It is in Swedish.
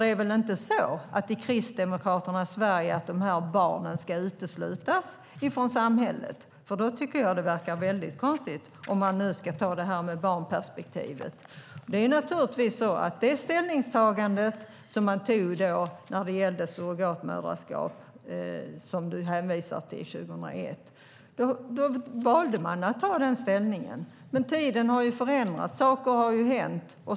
Det är väl inte så att i Kristdemokraternas Sverige ska dessa barn uteslutas från samhället? Då tycker jag att det verkar väldigt konstigt, om man nu ska ha barnperspektivet. I det ställningstagande som man gjorde 2001 när det gällde surrogatmoderskap, som du hänvisar till, valde man att ta den ställningen. Men tiden har förändrats, och saker har hänt.